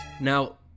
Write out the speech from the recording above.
Now